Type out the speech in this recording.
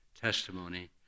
testimony